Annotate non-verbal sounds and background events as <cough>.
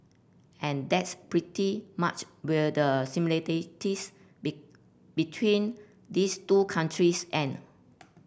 and that's pretty much where the <unintelligible> between these two countries end